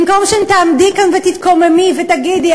במקום שתעמדי כאן ותתקוממי ותגידי,